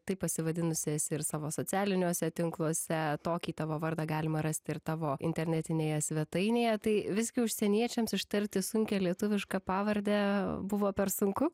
taip pasivadinusi esi ir savo socialiniuose tinkluose tokį tavo vardą galima rasti ir tavo internetinėje svetainėje tai visgi užsieniečiams ištarti sunkią lietuvišką pavardę buvo per sunku